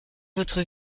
votre